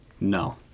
No